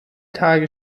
tage